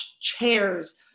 chairs